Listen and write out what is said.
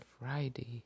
Friday